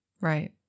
Right